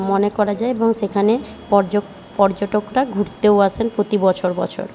মনে করা যায় এবং সেখানে পর্যটকরা ঘুরতেও আসেন প্রতি বছর বছর